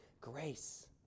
grace